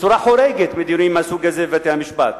בצורה חורגת בדיונים מהסוג הזה בבתי-המשפט.